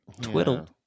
twiddle